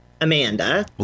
Amanda